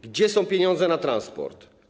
Gdzie są pieniądze na transport?